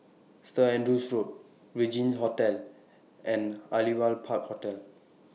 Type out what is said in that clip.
Saint Andrew's Road Regin Hotel and Aliwal Park Hotel